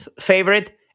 favorite